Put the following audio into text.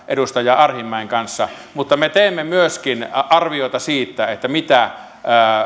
edustaja arhinmäen kanssa en kaikista ja me teemme myöskin arviota siitä mitä